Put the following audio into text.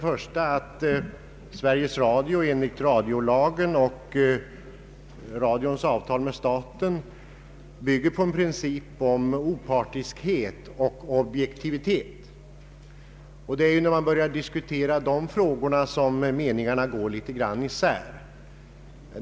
Enligt Sveriges Radios avtal med staten skall verksamheten bygga på en princip om opartiskhet och objektivitet. Det är när man börjar diskutera dessa frågor som meningarna går isär.